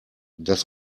das